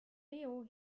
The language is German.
leo